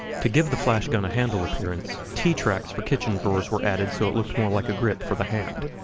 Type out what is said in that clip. to give the flash gun a handle appearance, t-tracks for kitchen drawers were added so it looked more like a grip for the hand.